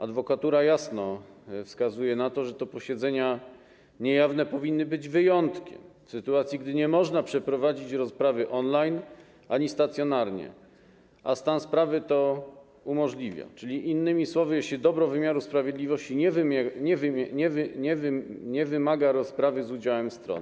Adwokatura jasno wskazuje na to, że posiedzenia niejawne powinny być wyjątkiem - w sytuacji gdy nie można przeprowadzić rozprawy online ani stacjonarnie, a stan sprawy to umożliwia, innymi słowy, jeśli dobro wymiaru sprawiedliwości nie wymaga rozprawy z udziałem stron.